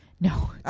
No